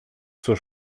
zur